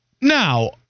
Now